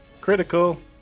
Critical